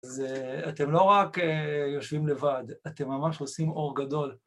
אז אתם לא רק יושבים לבד, אתם ממש עושים אור גדול.